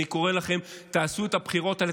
אני קורא לכם, תעשו את הבחירות האלה.